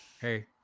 hey